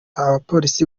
abapolisi